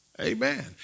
Amen